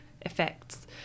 effects